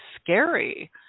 scary